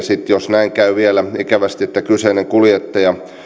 sitten jos näin käy vielä ikävästi että kyseinen kuljettaja